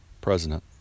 President